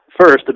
first